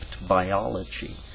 biology